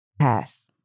pass